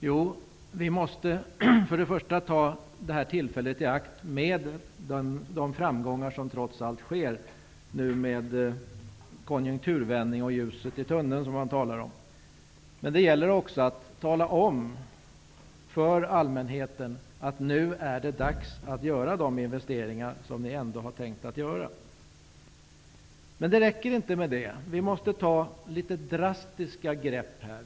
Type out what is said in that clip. Jo, först och främst måste vi ta tillfället i akt med tanke på de framgångar som trots allt förekommer. Det talas ju om en konjunkturvändning och om ljuset i tunneln. Men det gäller också att tala om för allmänheten att det nu är dags att göra de investeringar som ni ändå har tänkt göra. Det räcker inte med detta. Vi måste också ta litet drastiska grepp här.